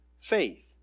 faith